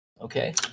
Okay